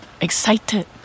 Excited